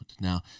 Now